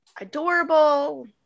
adorable